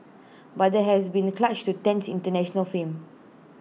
but there has been A clutch to Tan's International fame